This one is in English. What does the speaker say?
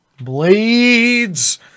Blades